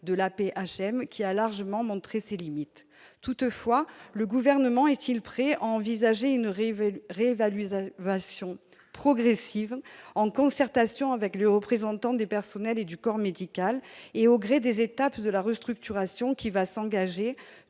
de l'AP-HM, qui a largement montré ses limites. Toutefois, le Gouvernement est-il prêt à envisager une réévaluation progressive, en concertation avec les représentants des personnels et du corps médical, et au gré des étapes de la restructuration qui va s'engager,